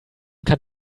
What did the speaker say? kann